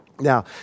Now